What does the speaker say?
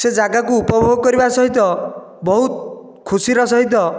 ସେ ଜାଗାକୁ ଉପଭୋଗ କରିବା ସହିତ ବହୁତ ଖୁସିର ସହିତ